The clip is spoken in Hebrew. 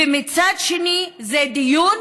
ומצד שני זה דיון